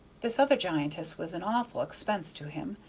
this other giantess was an awful expense to him,